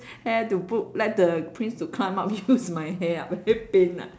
hair to put let the prince to climb up use my hair ah very pain ah